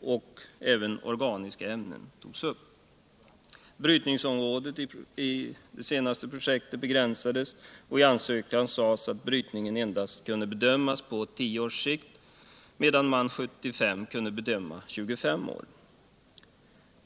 och även organiska ämnen togs upp. Brytningsområdet i det senaste projektet begränsades. och i ansökan sades att brytningen endast kunde bedömas på tio års sikt, medan man 1975 kunde bedöma 25 år.